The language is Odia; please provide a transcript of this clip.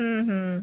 ହୁଁ ହୁଁ